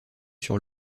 sur